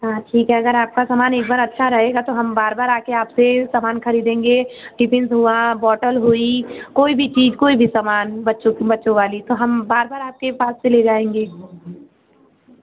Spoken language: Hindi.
हाँ ठीक है अगर आपका सामान एक बार अच्छा रहेगा तो हम बार बार आके आपसे सामान खरीदेंगे टिफिन्स हुआ बॉटल हुई कोई भी चीज़ कोई भी सामान बच्चों की बच्चों वाली तो हम बार बार आपके पास चले जाएँगे